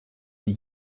die